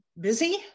busy